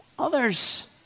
Others